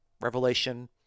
Revelation